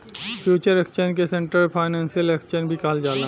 future exchange के central financial exchange भी कहल जाला